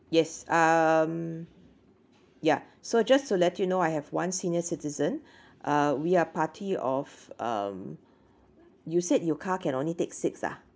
yes um ya so just to let you know I have one senior citizen uh we are party of um you said your car can only take six ah